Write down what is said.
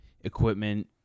equipment